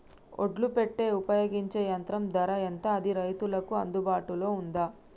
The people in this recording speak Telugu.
ఒడ్లు పెట్టే ఉపయోగించే యంత్రం ధర ఎంత అది రైతులకు అందుబాటులో ఉందా?